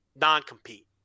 non-compete